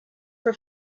for